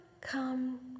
come